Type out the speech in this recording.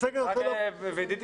בהפעלה